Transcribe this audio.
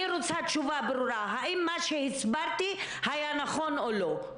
אני רוצה תשובה ברורה האם מה שהסברתי היה נכון או לא,